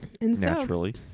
naturally